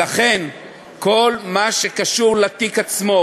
לכן כל מה שקשור לתיק עצמו